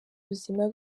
ubuzima